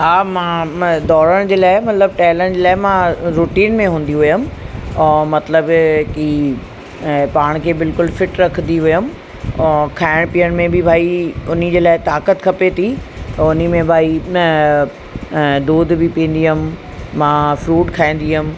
हा मां दौड़ण जे लाइ मतिलबु टहिलण लाइ मां रुटीन में हूंदी हुअमि ऐं मतिलबु की पाण खे बिल्कुलु फिट रखंदी हुअमि ऐं खाइण पीअण में बि भई उन जे लाइ ताक़त खपे थी त उन में भई दूध बि पीअंदी हुअमि मां फ्रूट खाईंदी हुअमि